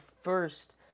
first